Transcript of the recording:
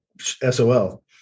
SOL